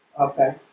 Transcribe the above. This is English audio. Okay